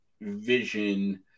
Vision